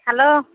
hello